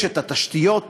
יש תשתיות,